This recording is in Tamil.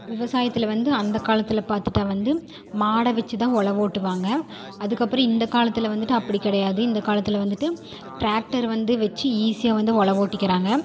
விவசாயத்தில் வந்து அந்த காலத்தில் பார்த்துட்டா வந்து மாடை வச்சி தான் உழவு ஓட்டுவாங்கள் அதுக்கப்புறம் இந்த காலத்தில் வந்துட்டு அப்படி கிடையாது இந்த காலத்தில் வந்துட்டு ட்ராக்டர் வந்து வச்சி ஈஸியாக வந்து உழவு ஓட்டிக்கிறாங்கள்